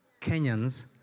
Kenyans